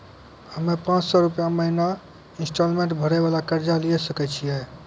हम्मय पांच सौ रुपिया महीना इंस्टॉलमेंट भरे वाला कर्जा लिये सकय छियै?